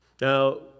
Now